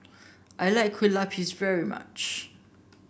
I like Kue Lupis very much